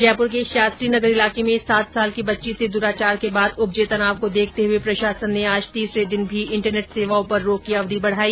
जयपुर के शास्त्रीनगर इलाके में सात साल की बच्ची से दुराचार के बाद उपजे तनाव को देखते हुए प्रशासन ने आज तीसरे दिन भी इंटरनेट सेवाओं पर रोक की अवधि बढाई